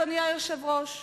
אדוני היושב-ראש,